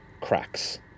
cracks